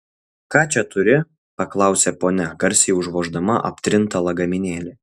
ką čia turi paklausė ponia garsiai užvoždama aptrintą lagaminėlį